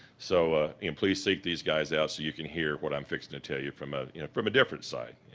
so ah and please seek these guys out, so you can hear what i'm fixing to tell you from ah you know from a different side.